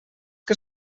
que